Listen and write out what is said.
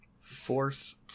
Force